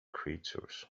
creatures